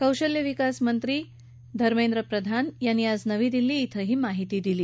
कौशल्य विकास मंत्री धर्मेंद्र प्रधान यांनी आज नवी दिल्ली ध्रें ही माहिती दिली